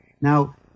now